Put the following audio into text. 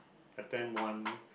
attend one